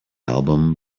album